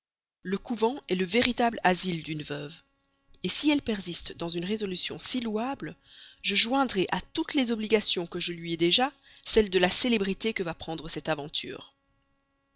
le couvent est le véritable asile d'une veuve si elle persiste dans une résolution si louable je joindrai à toutes les obligations que je lui ai déjà celle de la célébrité que va prendre cette aventure